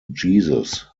jesus